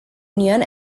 union